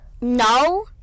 No